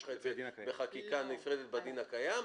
יש לך את זה בחקיקה נפרדת בדין הקיים.